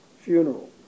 funeral